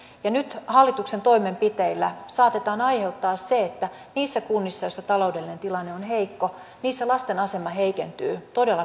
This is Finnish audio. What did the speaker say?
ja nyt hallituksen toimenpiteillä saatetaan aiheuttaa se että niissä kunnissa joissa taloudellinen tilanne on heikko lasten asema heikentyy todella kohtuuttomasti